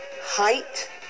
height